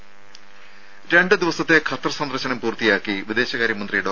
രംഭ രണ്ട് ദിവസത്തെ ഖത്തർ സന്ദർശനം പൂർത്തിയാക്കി വിദേശകാര്യ മന്ത്രി ഡോ